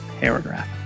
paragraph